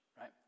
right